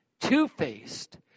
two-faced